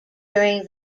during